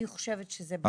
אני חושבת שזה בעייתי.